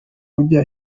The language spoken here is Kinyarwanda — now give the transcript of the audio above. ujya